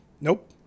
Nope